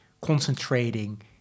concentrating